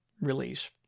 release